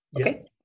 okay